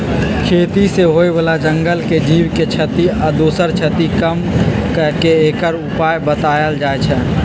खेती से होय बला जंगल के जीव के क्षति आ दोसर क्षति कम क के एकर उपाय् बतायल जाइ छै